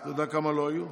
אתה יודע כמה לא היו?